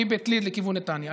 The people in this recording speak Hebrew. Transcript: מבית ליד לכיוון נתניה.